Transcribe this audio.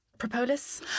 Propolis